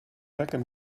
wekken